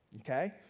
okay